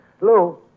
Lou